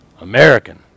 American